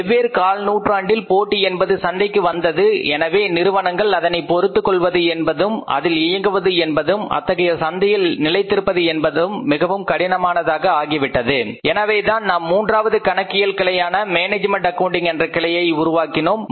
வெவ்வேறு கால் நூற்றாண்டில் போட்டி என்பது சந்தைக்கு வந்தது எனவே நிறுவனங்கள் அதனைப் பொறுத்துக் கொள்வது என்பதும் அதில் இயங்குவது என்பதும் அத்தகைய சந்தையில் நிலைத்திருப்பது என்பதும் மிகவும் கடினமானதாக ஆகிவிட்டது எனவேதான் நாம் மூன்றாவது கணக்கியல் கிளையான மேனேஜ்மென்ட் அக்கவுண்டிங் என்ற கிளையை உருவாக்கினோம்